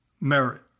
merit